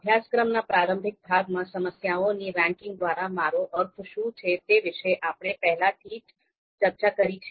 અભ્યાસક્રમના પ્રારંભિક ભાગમાં સમસ્યાઓની રેન્કિંગ દ્વારા મારો અર્થ શું છે તે વિશે આપણે પહેલેથી જ ચર્ચા કરી છે